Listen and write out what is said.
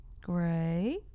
Great